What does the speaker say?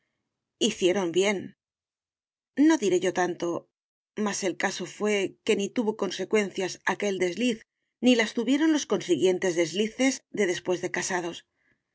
hicieron bien no diré yo tanto mas el caso fué que ni tuvo consecuencias aquel desliz ni las tuvieron los consiguientes deslices de después de casados